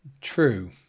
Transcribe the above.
True